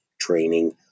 training